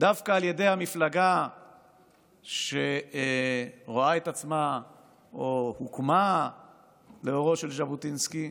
דווקא המפלגה שרואה את עצמה או הוקמה לאורו של ז'בוטינסקי,